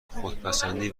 خودپسندی